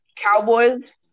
Cowboys